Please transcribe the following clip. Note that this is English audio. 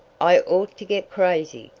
i ought to get crazy,